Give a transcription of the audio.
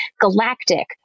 galactic